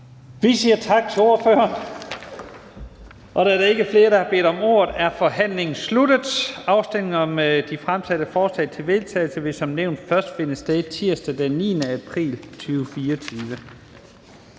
Vi siger tak til ordføreren. Da der ikke er flere, der har bedt om ordet, er forhandlingen sluttet. Afstemningen om de fremsatte forslag til vedtagelse vil som nævnt først finde sted tirsdag den 9. april 2024.